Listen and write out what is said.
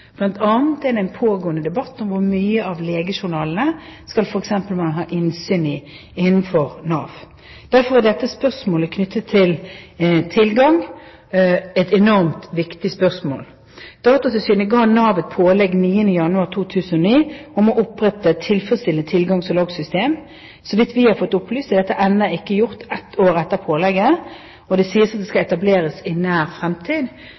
er det en pågående debatt om f.eks. hvor mye av en legejournal Nav skal ha innsyn i. Derfor er dette spørsmålet knyttet til tilgang et enormt viktig spørsmål. Datatilsynet ga Nav et pålegg 9. januar 2009 om å opprette tilfredsstillende sikkerhet for tilgangsstyring og logging. Så vidt vi har fått opplyst, er dette ennå ikke gjort, ett år etter pålegget, og det sies at det skal etableres i nær fremtid.